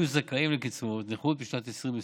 שבו היו זכאים לקצבת נכות בשנת 2020,